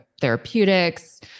therapeutics